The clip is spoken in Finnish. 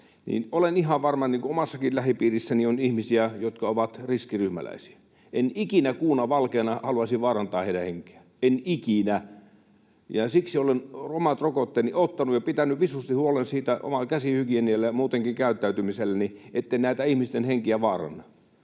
on ihan varmasti niitä ihmisiä, kuten omassakin lähipiirissäni on niitä ihmisiä, jotka ovat riskiryhmäläisiä, enkä ikinä kuuna valkeana haluaisi vaarantaa heidän henkeään, en ikinä. Siksi olen omat rokotteeni ottanut ja pitänyt visusti huolen omalla käsihygieniallani ja muutenkin käyttäytymiselläni siitä, etten näiden ihmisten henkiä vaaranna.